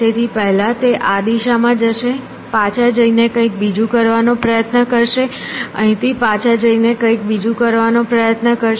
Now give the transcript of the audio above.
તેથી પહેલા તે આ દિશામાં જશે પાછા જઈ ને કંઈક બીજું કરવાનો પ્રયત્ન કરશે અહીંથી પાછા જઈ ને કંઈક બીજું કરવાનો પ્રયત્ન કરશે